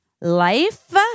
Life